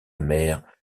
mère